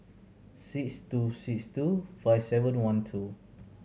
six two six two five seven one two